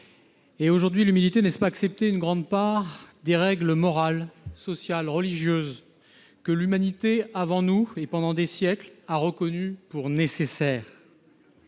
Aujourd'hui, l'humilité, n'est-ce pas d'accepter une grande part des règles morales, sociales, religieuses que l'humanité avant nous et pendant des siècles a reconnues pour nécessaire ?